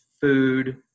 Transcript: food